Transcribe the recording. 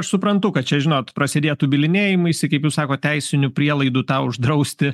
aš suprantu kad čia žinot prasidėtų bylinėjimaisi kaip jūs sakot teisinių prielaidų tą uždrausti